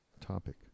topic